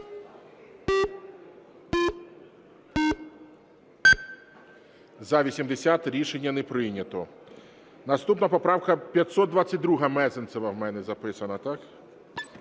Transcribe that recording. За-80 Рішення не прийнято. Наступна поправка 522, Мезенцева, у мене записано.